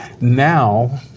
Now